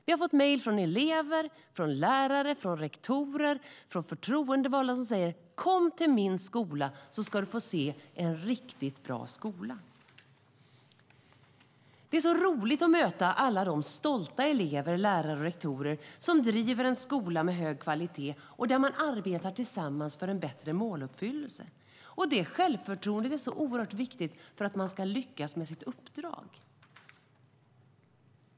Vi fick mejl från elever, lärare, rektorer och förtroendevalda som sade: Kom till min skola! Då ska du få se en riktigt bra skola. Det är roligt att möta alla de stolta elever, lärare och rektorer som driver en skola med hög kvalitet och där man arbetar tillsammans för en bättre måluppfyllelse. Det självförtroendet är oerhört viktigt för att man ska lyckas med sitt uppdrag.